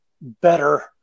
better